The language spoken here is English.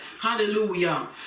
hallelujah